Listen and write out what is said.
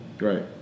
Right